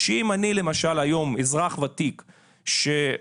שאם אני למשל היום אזרח ותיק שכל